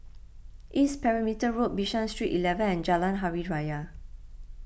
East Perimeter Road Bishan Street eleven and Jalan Hari Raya